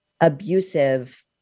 abusive